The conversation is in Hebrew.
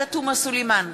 עאידה תומא סלימאן,